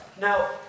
Now